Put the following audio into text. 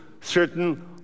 certain